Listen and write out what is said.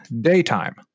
daytime